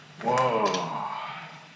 Whoa